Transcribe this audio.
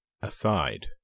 Aside